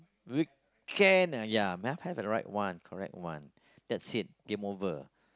we can uh ya must have the right one correct one that's it game over